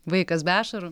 vaikas be ašarų